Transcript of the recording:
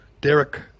Derek